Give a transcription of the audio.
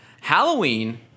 Halloween